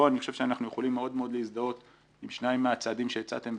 פה אני חושב שאנחנו מאוד יכולים להזדהות עם שניים מהצעדים שהצעתם,